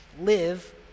live